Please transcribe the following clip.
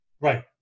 Right